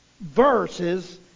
verses